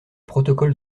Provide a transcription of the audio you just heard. protocole